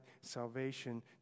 salvation